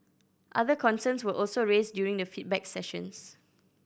other concerns were also raised during the feedback sessions